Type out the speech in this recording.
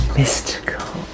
mystical